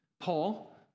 Paul